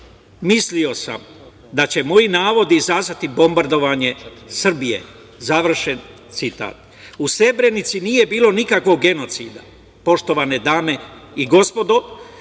mislio sam da će moji navodi izazvati bombardovanje Srbije, završen citat.U Srebrenici nije bilo nikakvog genocida, poštovane dame i gospodo.